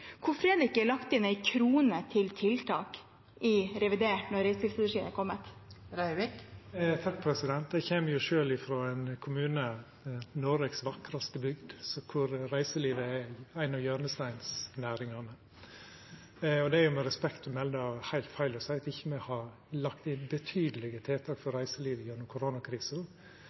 lagt inn én krone til tiltak i revidert budsjett når reiselivsstrategien har kommet? Eg kjem sjølv frå ein kommune – Noregs vakraste bygd – der reiselivet er ei av hjørnesteinsnæringane, og det er med respekt å melda heilt feil å seia at me ikkje har lagt inn betydelege tiltak for reiselivet gjennom koronakrisa.